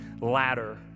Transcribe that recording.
ladder